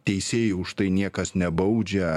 teisėjui už tai niekas nebaudžia